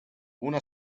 una